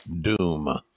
Doom